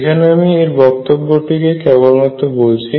এখানে আমি এর বক্তব্যটিকেই কেবলমাত্র বলেছি